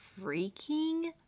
freaking